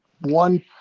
one